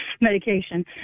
medication